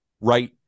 right